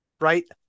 right